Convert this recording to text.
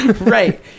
Right